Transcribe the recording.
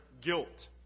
guilt